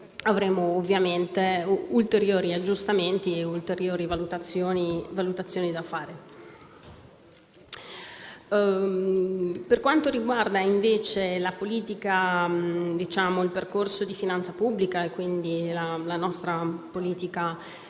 avremo ovviamente ulteriori aggiustamenti e ulteriori valutazioni da fare. Per quanto riguarda invece il percorso di finanza pubblica e quindi la nostra politica